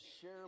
share